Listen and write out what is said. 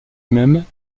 même